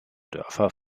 dörfer